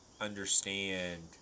understand